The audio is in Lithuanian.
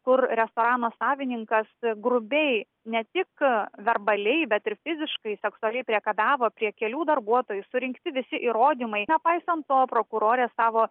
kur restorano savininkas grubiai ne tik a verbaliai bet ir fiziškai seksualiai priekabiavo prie kelių darbuotojų surinkti visi įrodymai nepaisant to prokurorė savo